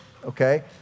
Okay